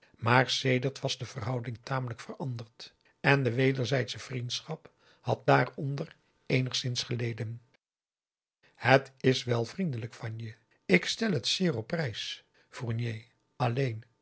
maar sedert was de verhouding tamelijk veranderd en de wederzijdsche vriendschap had daaronder eenigszins geleden het is wel vriendelijk van je ik stel het zeer op prijs fournier alleen